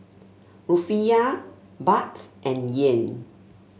Rufiyaa Baht and Yen